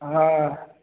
हां